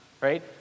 right